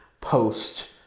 post